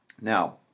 Now